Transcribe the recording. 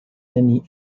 any